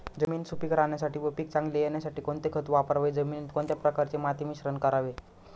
जमीन सुपिक राहण्यासाठी व पीक चांगले येण्यासाठी कोणते खत वापरावे? जमिनीत कोणत्या प्रकारचे माती मिश्रण करावे?